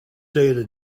data